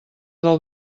del